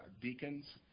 deacons